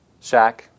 Shaq